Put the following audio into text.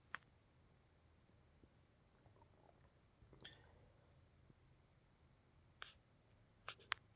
ಮರಳ ಮಣ್ಣಿನ್ಯಾಗ ಪೋಷಕಾಂಶ ಕಡಿಮಿ ಇರ್ತಾವ, ಅದ್ರ ಈ ಮಣ್ಣ ಬೆಚ್ಚಗ ಮತ್ತ ಆಮ್ಲಿಯವಾಗಿರತೇತಿ